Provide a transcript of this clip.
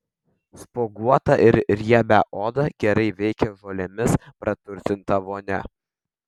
spuoguotą ir riebią odą gerai veikia žolėmis praturtinta vonia